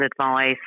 advice